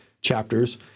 chapters